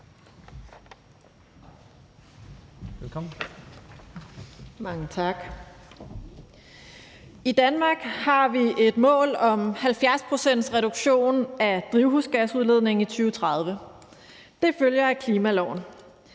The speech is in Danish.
I Danmark har vi et mål om en 70-procentsreduktion af drivhusgasudledningen i 2030. Det følger af klimaloven.